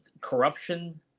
corruption